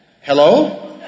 Hello